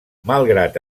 malgrat